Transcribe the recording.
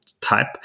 type